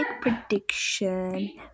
prediction